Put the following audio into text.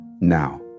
Now